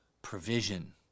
provision